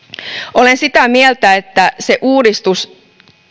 olen sitä mieltä että se uudistus